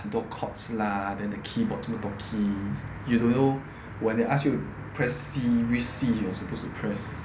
很多 cords lah then the keyboard 怎么多 key you don't know when they ask you to press C which C you are supposed to press